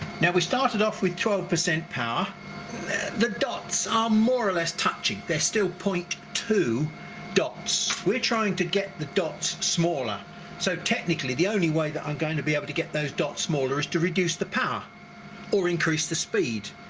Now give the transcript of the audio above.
now we started off with twelve percent power the dots are more or less touching they're still point two dots we're trying to get the dots smaller so technically the only way that i'm going to be able to get those dots smaller is to reduce the power or increase the speed